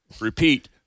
Repeat